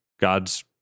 God's